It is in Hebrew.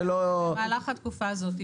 ואנחנו --- במהלך התקופה הזאת.